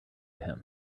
him